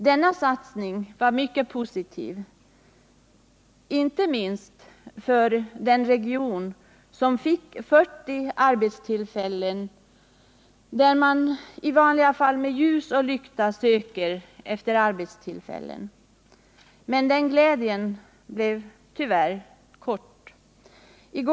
Denna satsning var mycket positiv, inte minst för den region som fick 40 arbetstillfällen och där man i vanliga fall med ljus och lykta söker efter arbetstillfällen. Men den glädjen blev tyvärr kortvarig.